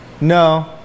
no